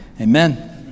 amen